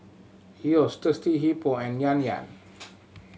Yeo's Thirsty Hippo and Yan Yan